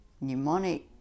mnemonic